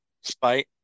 spite